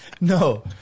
No